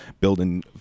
building